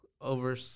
over